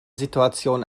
situation